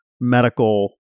medical